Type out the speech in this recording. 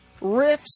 riffs